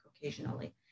occasionally